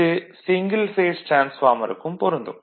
இது single phase டிரான்ஸ்பார்மருக்கும் பொருந்தும்